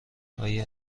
آیا